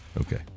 Okay